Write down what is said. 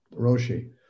Roshi